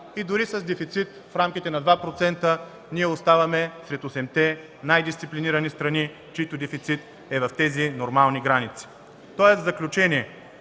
и дори с дефицит в рамките на 2% ние оставаме сред осемте най-дисциплинирани страни, чийто дефицит е в тези нормални граници. В заключение,